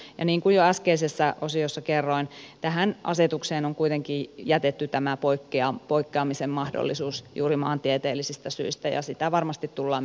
ja niin kuin jo äskeisessä osiossa kerroin tähän asetukseen on kuitenkin jätetty tämä poikkeamisen mahdollisuus juuri maantieteellisistä syistä ja sitä varmasti tullaan myös käyttämään